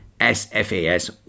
SFAS